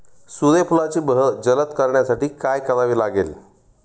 सूर्यफुलाची बहर जलद करण्यासाठी काय करावे लागेल?